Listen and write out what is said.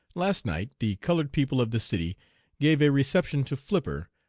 last night the colored people of the city gave a reception to flipper,